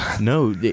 no